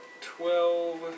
Twelve